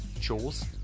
chores